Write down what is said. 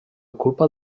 culpa